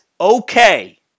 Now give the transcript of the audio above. okay